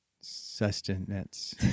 Sustenance